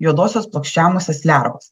juodosios plokščiamusės lervos